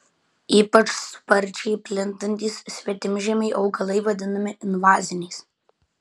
ypač sparčiai plintantys svetimžemiai augalai vadinami invaziniais